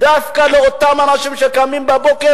דווקא לאותם אנשים שקמים בבוקר,